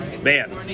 Man